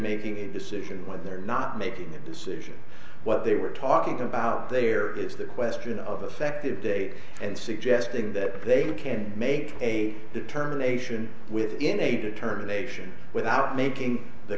making a decision when they're not making a decision what they were talking about there is the question of us active day and suggesting that they can make a determination within a determination without making the